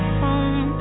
home